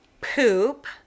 poop